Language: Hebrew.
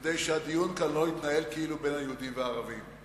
כדי שהדיון כאן לא יתנהל כאילו בין היהודים והערבים.